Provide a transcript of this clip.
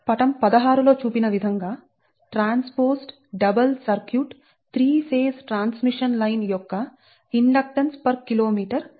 పటం 16 లో చూపిన విధంగా transposed double circuit 3 phase transmission line యొక్క ఇండక్టెన్స్ పర్ కిలోమీటర్ నిర్ణయించండి